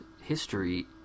history